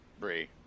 Bree